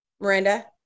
Miranda